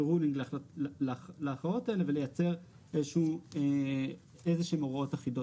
רולינג להכרעות האלה ולייצר איזה שהן הוראות אחידות,